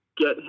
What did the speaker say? get